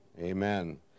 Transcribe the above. amen